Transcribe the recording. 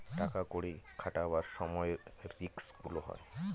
টাকা কড়ি খাটাবার সময় রিস্ক গুলো হয়